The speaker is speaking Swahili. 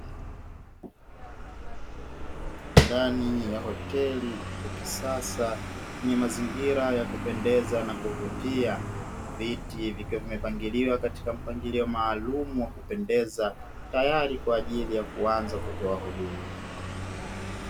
Ndani ya hoteli ya kisasa yenye mazingira ya kupendeza na kuvutia. Viti vimepangiliwa katika mpangilio maalumu wa kupendeza, tayari kwa ajili ya kuanza kutoa huduma.